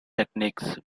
techniques